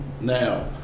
Now